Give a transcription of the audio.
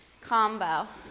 combo